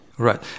Right